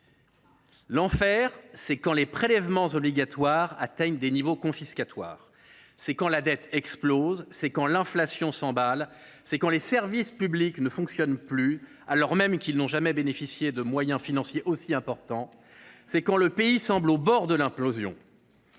L’enfer, c’est quand les prélèvements obligatoires atteignent des niveaux confiscatoires. C’est quand la dette explose. C’est quand l’inflation s’emballe. C’est quand les services publics ne fonctionnent plus, alors même qu’ils n’ont jamais bénéficié de moyens financiers aussi importants. C’est quand le pays semble au bord de l’implosion.